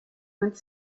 went